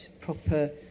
proper